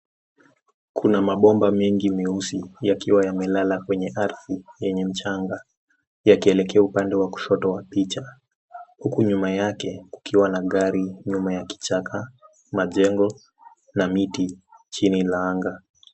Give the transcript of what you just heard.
Kuna mabomba mengi meusi yakiwa yamelala kwenye ardhi yenye mchanga yakielekea upande wa kushoto wa picha huku nyuma yake kukiwa na gari nyuma ya kichaka, majengo na miti chini la anga.